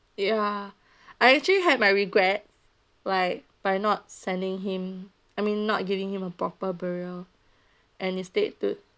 ya I actually had my regret like by not sending him I mean not giving him a proper burial and instead to